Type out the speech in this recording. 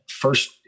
first